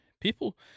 People